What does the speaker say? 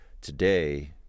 today